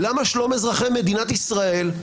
למה שלום אזרחי מדינת ישראל,